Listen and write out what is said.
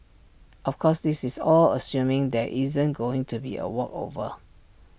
of course this is all assuming there isn't going to be A walkover